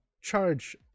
charge